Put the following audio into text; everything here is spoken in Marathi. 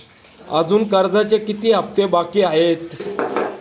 अजुन कर्जाचे किती हप्ते बाकी आहेत?